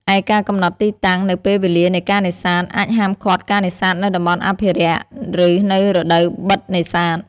ឯ ការកំណត់ទីតាំង និងពេលវេលានៃការនេសាទ អាចហាមឃាត់ការនេសាទនៅតំបន់អភិរក្ស ឬនៅរដូវបិទនេសាទ។